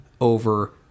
over